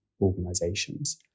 organizations